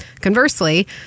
Conversely